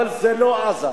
אבל זה לא עזר.